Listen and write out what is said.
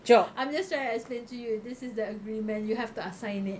I'm just trying to explain to you this is the agreement you have to uh sign it